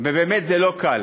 ובאמת זה לא קל,